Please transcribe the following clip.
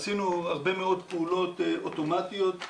עשינו הרבה מאוד פעולות אוטומטיות.